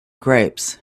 grapes